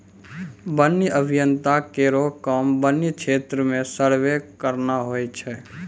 वन्य अभियंता केरो काम वन्य क्षेत्र म सर्वे करना होय छै